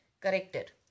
corrected